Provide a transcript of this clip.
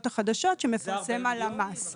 החדשות שמפרסמת הלשכה המרכזית לסטטיסטיקה.